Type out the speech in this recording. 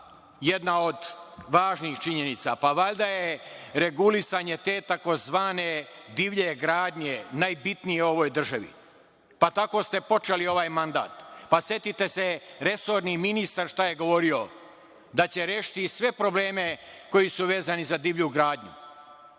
jedna od važnih činjenica. Pa, valjda je regulisanje te tzv. divlje gradnje najbitnije u ovoj državi. Pa, tako ste počeli ovaj mandat. Setite se resorni ministar šta je govorio, da će rešiti sve probleme koji su vezani za divlju gradnju. Ovo